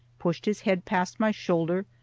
pushed his head past my shoulder,